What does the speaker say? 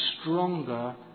stronger